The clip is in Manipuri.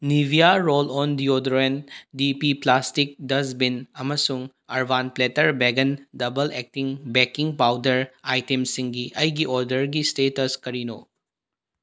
ꯅꯦꯕꯤꯌꯥ ꯔꯣꯜ ꯑꯣꯟ ꯗꯤꯑꯣꯗꯣꯔꯦꯟ ꯗꯤ ꯄꯤ ꯄ꯭ꯂꯥꯁꯇꯤꯛ ꯗꯁꯕꯤꯟ ꯑꯃꯁꯨꯡ ꯑꯔꯕꯥꯟ ꯄ꯭ꯂꯦꯇꯔ ꯕꯦꯒꯟ ꯗꯕꯜ ꯑꯦꯛꯇꯤꯡ ꯕꯦꯛꯀꯤꯡ ꯄꯥꯎꯗꯔ ꯑꯥꯏꯇꯦꯝꯁꯤꯡꯒꯤ ꯑꯩꯒꯤ ꯑꯣꯗꯔꯒꯤ ꯏꯁꯇꯦꯇꯁ ꯀꯔꯤꯅꯣ